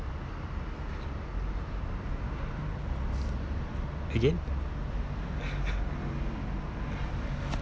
again